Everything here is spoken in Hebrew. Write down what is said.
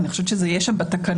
אני חושבת שזה יהיה שם בתקנונים.